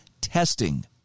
testing